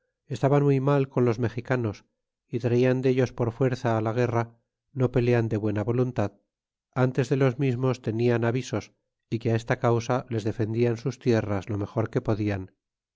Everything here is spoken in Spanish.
estaban muy mal con los mexicanos y traían dellos por fuerza la guerra no pelean de buena voluntad tintes de los mismos tenian avisos y que esta causa les defendian sus tierras lo mejor que podian